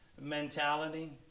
mentality